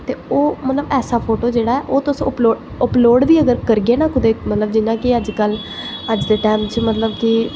ते ओह् मतलब ऐसा फोटो जेह्ड़ा ऐ ओह् तुस अपलोड बी अगर करगे ना कुतै बी मतलब जि'यां अज्ज कल अज्ज दे टैम च मतलब कि